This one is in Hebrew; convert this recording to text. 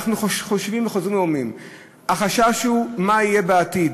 אנחנו חושבים וחוזרים ואומרים: החשש הוא מה יהיה בעתיד,